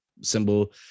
symbol